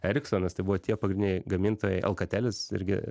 eriksonas tai buvo tie pagrindiniai gamintojai alkartelis irgi